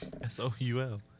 S-O-U-L